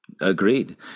Agreed